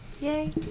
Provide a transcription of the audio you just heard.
yay